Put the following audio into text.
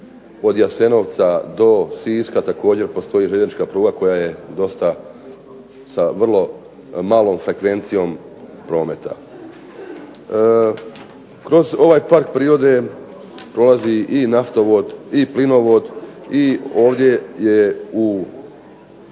od Jasenovca do Siska također postoji željeznička pruga koja je dosta sa vrlo malom frekvencijom prometa. Kroz ovaj park prirode prolazi i naftovod i plinovod i ovdje je u tekstu